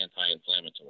anti-inflammatory